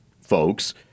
folks